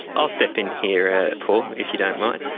i'll step in here ah paul, if you don't mind.